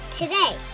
today